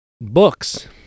books